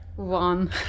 one